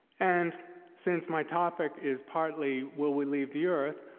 and since my topic is partly will we leave the earth,